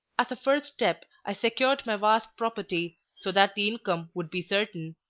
as a first step, i secured my vast property, so that the income would be certain,